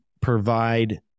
provide